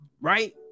Right